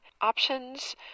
options